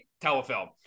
telefilm